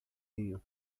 vinho